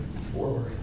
forward